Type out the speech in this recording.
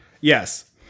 Yes